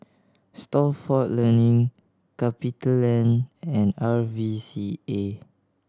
Stalford Learning CapitaLand and R V C A